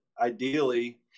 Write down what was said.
ideally